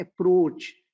approach